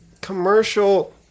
commercial